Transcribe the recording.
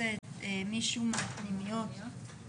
כי הכשרה מעשית עומדת אל מול הכלל הרגיל של הלימודים בהשכלה גבוהה.